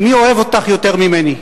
מי אוהב אותך יותר ממני.